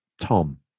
Tom